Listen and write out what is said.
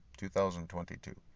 2022